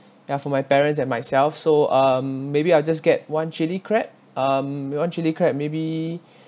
ya for my parents and myself so um maybe I'll just get one chili crab um one chili crab maybe